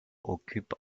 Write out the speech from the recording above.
occupe